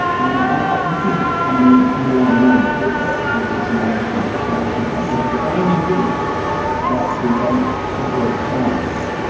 and i can see this becoming more and more incorporated really into mainstream society and psychology. the danger is that we don't employ the science,